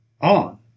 On